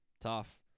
Tough